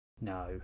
No